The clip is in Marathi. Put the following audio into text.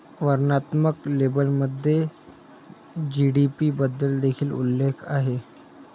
वर्णनात्मक लेबलमध्ये जी.डी.पी बद्दल देखील उल्लेख आहे